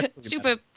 Super